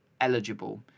eligible